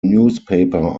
newspaper